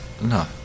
No